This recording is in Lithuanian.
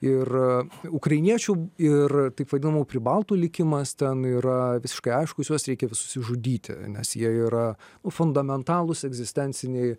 ir ukrainiečių ir taip vadinamų pribaltų likimas ten yra visiškai aiškus juos reikia visus išžudyti nes jie yra fundamentalūs egzistenciniai